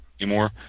anymore